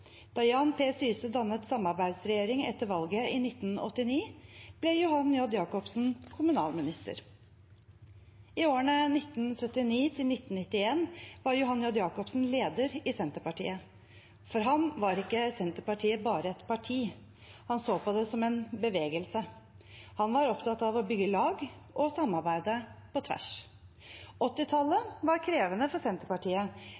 Da Jan P. Syse dannet samarbeidsregjering etter valget i 1989, ble Johan J. Jakobsen kommunalminister. I årene 1979–1991 var Johan J. Jakobsen leder i Senterpartiet. For ham var ikke Senterpartiet bare et parti, han så på det som en bevegelse. Han var opptatt av å bygge lag og å samarbeide på tvers. 1980-tallet var krevende for Senterpartiet,